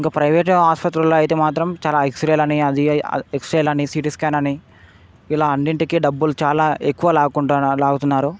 ఇంక ప్రైవేట్ ఆసుపత్రులలో అయితే మాత్రం చాలా ఎక్స్రేలు అని అది అని ఎక్స్రేలు అని సిటీ స్కాన్ అని ఇలా అన్నింటికి డబ్బులు చాలా ఎక్కువ లాక్కుంటున్నారు లాగుతున్నారు